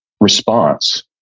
response